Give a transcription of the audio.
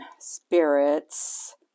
spirits